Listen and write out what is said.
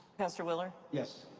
pastor willer? yes,